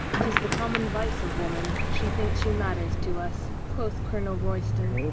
tis the common vice of woman. she thinks she matters to us, quoth colonel royston.